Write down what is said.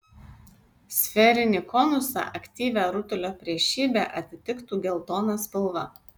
sferinį konusą aktyvią rutulio priešybę atitiktų geltona spalva